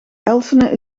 elsene